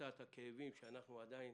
מקצת הכאבים שאנחנו עדיין